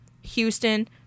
Houston